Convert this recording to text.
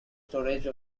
storage